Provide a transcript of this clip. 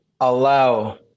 allow